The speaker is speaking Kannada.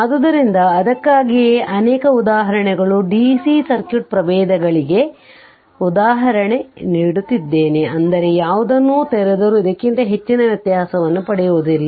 ಆದ್ದರಿಂದ ಅದಕ್ಕಾಗಿಯೇ ಅನೇಕ ಉದಾಹರಣೆಗಳು ಡಿಸಿ ಸರ್ಕ್ಯೂಟ್ ಪ್ರಭೇದಗಳಿಗೆ ಉದಾಹರಣೆ ನೀಡುತ್ತಿದ್ದೇನೆ ಅಂದರೆ ಯಾವುದನ್ನು ತೆರೆದರೂ ಇದಕ್ಕಿಂತ ಹೆಚ್ಚಿನ ವ್ಯತ್ಯಾಸವನ್ನು ಪಡೆಯುವುದಿಲ್ಲ